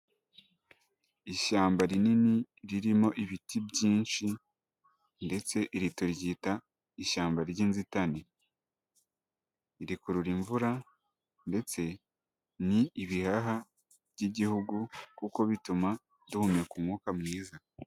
Ishyamba rinini ririmo ibiti byinshi ndetse iri turyita ishyamba ry'inzitane, rikurura imvura ndetse ni ibihaha by'igihugu kuko bituma duhumeka umwuka mwiza.